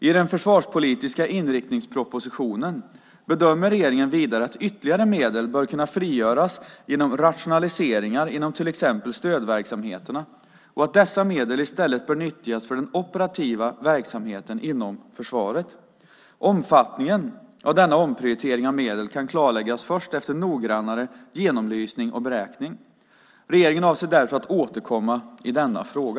I den försvarspolitiska inriktningspropositionen bedömer regeringen vidare att ytterligare medel bör kunna frigöras genom rationaliseringar inom till exempel stödverksamheterna och att dessa medel i stället bör nyttjas för den operativa verksamheten inom försvaret. Omfattningen av denna omprioritering av medel kan klarläggas först efter noggrannare genomlysning och beräkning. Regeringen avser därför att återkomma i denna fråga.